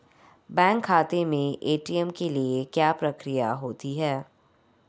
Bank खाते में ATM के लिए क्या प्रक्रिया होती है?